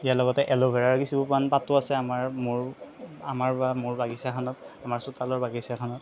ইয়াৰ লগতে এল'ভেৰাৰ কিছুমান পাতো আছে আমাৰ মোৰ আমাৰ বা মোৰ বাগিছাখনত আমাৰ চোতালৰ বাগিছাখনত